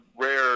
rare